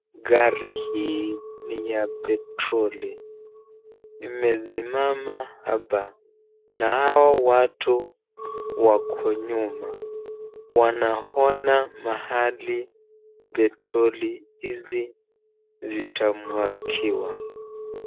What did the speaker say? Gari hii ni ya petroli. Imesimama hapa na hawa watu wako nyuma wanaona mahali petroli hizi zitamwagiwa.